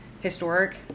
historic